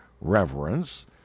reverence